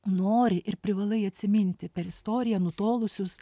nori ir privalai atsiminti per istoriją nutolusius